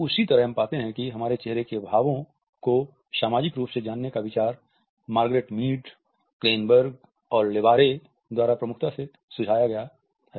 उसी तरह से हम पाते हैं कि हमारे चेहरे के भावों को सामाजिक रूप से जानने का विचार मार्गेट मीड द्वारा प्रमुखता से सुझाया गया है